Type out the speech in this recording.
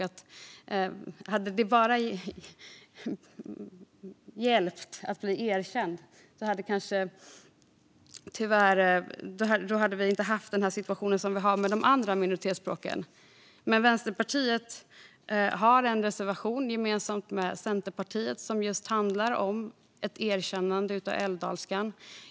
Hade det hjälpt att bara bli erkänd hade vi inte haft den situation som vi tyvärr har med de andra minoritetsspråken. Vänsterpartiet och Centerpartiet har en gemensam reservation om just erkännande av älvdalskan.